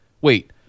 wait